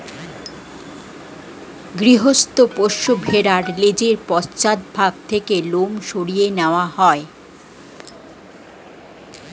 গৃহস্থ পোষ্য ভেড়ার লেজের পশ্চাৎ ভাগ থেকে লোম সরিয়ে নেওয়া হয়